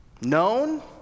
known